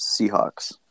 Seahawks